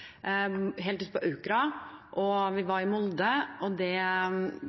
på Aukra, og vi var i Molde, og det